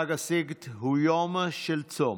חג הסגד הוא יום של צום,